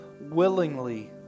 willingly